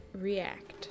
react